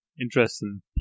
interesting